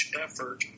effort